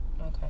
Okay